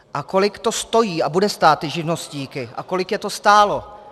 A kolik to stojí a bude stát živnostníky a kolik je to stálo?